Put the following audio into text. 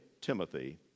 Timothy